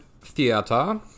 Theater